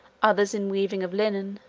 others in weaving of linen,